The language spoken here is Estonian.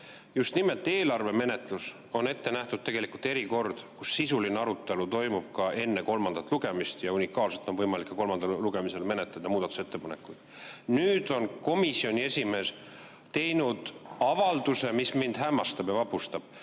Just nimelt eelarve menetluses on ette nähtud erikord, kus sisuline arutelu toimub ka enne kolmandat lugemist ja unikaalselt on võimalik ka kolmandal lugemisel menetleda muudatusettepanekuid. Nüüd on komisjoni esimees teinud avalduse, mis mind hämmastab ja vapustab.